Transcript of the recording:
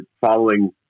following